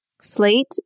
slate